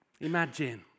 Imagine